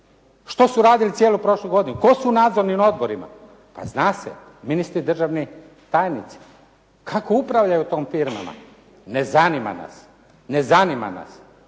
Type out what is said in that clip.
Što su redili cijelu prošlu godinu? Tko su u nadzornim odborima? Pa zna se, ministri i državni tajnici. Kako upravljaju tim firmama? Ne zanima nas, nego sada